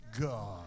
God